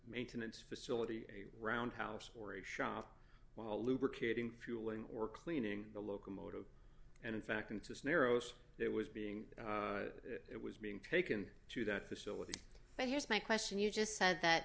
maintenance facility a round house or a shop while lubricating fueling or cleaning the locomotive and in fact into this narrows it was being it was being taken to that facility but here's my question you just said that